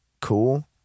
cool